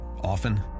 Often